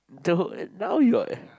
the now you're